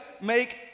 make